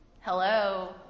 Hello